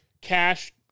cash